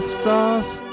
sauce